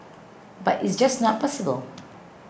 but it's just not possible